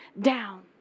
down